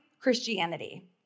Christianity